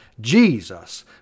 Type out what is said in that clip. Jesus